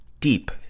deep